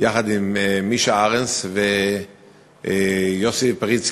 יחד עם מישה ארנס ויוסי פריצקי,